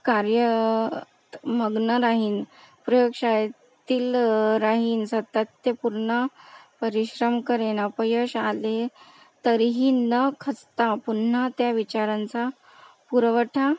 कार्य मग्न राहीन प्रयोग शाळेतील राहीन सतत ते पूर्ण परिश्रम करेन अपयश आले तरीही न खचता पुन्हा त्या विचारांचा पुरवठा